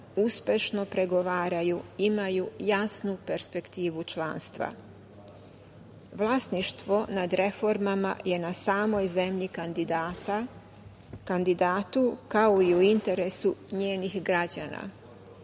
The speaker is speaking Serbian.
uspešno pregovaraju imaju jasnu perspektivu članstva. Vlasništvo nad reformama je na samoj zemlji kandidatu, kao i u interesu njenih građana,